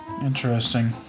Interesting